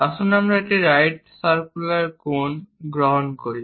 আসুন একটি right circular cone গ্রহণ করি